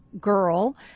girl